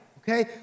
okay